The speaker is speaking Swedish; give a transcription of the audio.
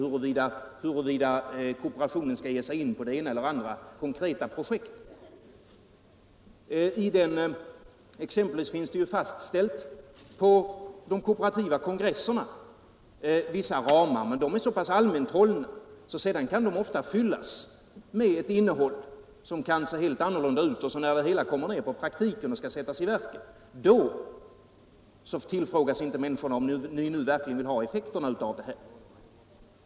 De får inte ta ställning till huruvida kooperationen skall ge sig in i det ena eller andra konkreta projektet. Exempelvis fastställs vid de kooperativa kongresserna vissa ramar, men de är så pass allmänt hållna att de sedan ofta kan fyllas med ett innehåll som ser helt annorlunda ut när det hela kommer till praktik och skall sättas i verket. Då tillfrågas inte människorna om de verkligen vill ha de effekter som blir.